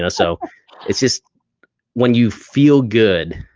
ah so it's just when you feel good,